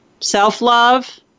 Self-love